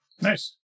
Nice